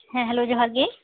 ᱦᱮᱸ ᱦᱮᱞᱳ ᱡᱚᱦᱟᱨ ᱜᱮ